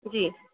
जी